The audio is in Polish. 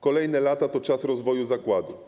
Kolejne lata to czas rozwoju zakładu.